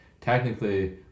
technically